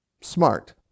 smart